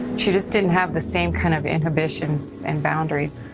she just didn't have the same kind of inhibitions and boundaries.